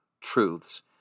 truths